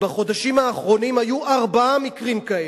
בחודשים האחרונים היו ארבעה מקרים כאלה.